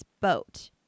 boat